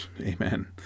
Amen